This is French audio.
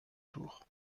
tour